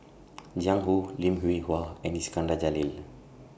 Jiang Hu Lim Hwee Hua and Iskandar Jalil